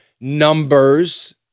numbers